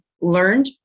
learned